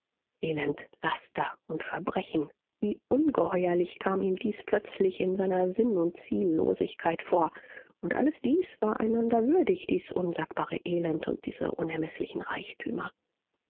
elend laster und verbrechen wie ungeheuerlich kam ihm dies plötzlich in seiner sinn und ziellosigkeit vor und alles dies war einander würdig dies unsagbare elend und diese unermeßlichen reichtümer